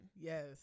yes